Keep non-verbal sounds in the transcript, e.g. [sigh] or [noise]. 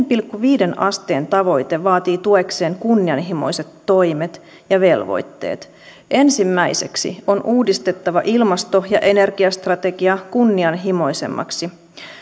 [unintelligible] pilkku viiteen asteen tavoite vaatii tuekseen kunnianhimoiset toimet ja velvoitteet ensimmäiseksi on uudistettava ilmasto ja energiastrategia kunnianhimoisemmaksi